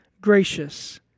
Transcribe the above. gracious